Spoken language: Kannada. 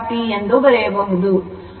ಅದು ಈ ರೀತಿಯಾಗಿ ಪ್ರವಹಿಸುತ್ತದೆ